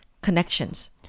connections